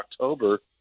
October